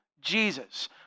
Jesus